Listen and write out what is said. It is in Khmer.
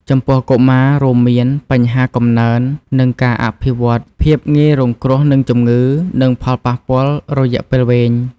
ចំពោះកុមារ រួមមាន បញ្ហាកំណើន និងការអភិវឌ្ឍន៍ ភាពងាយរងគ្រោះនឹងជំងឺ និងផលប៉ះពាល់រយៈពេលវែង។